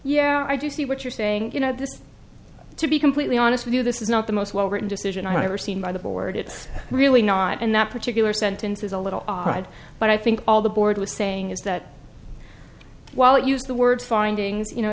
yeah i do see what you're saying you know this to be completely honest with you this is not the most well written decision i've ever seen by the board it's really not in that particular sentence is a little odd but i think all the board was saying is that while it used the word findings you know